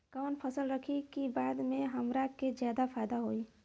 कवन फसल रखी कि बाद में हमरा के ज्यादा फायदा होयी?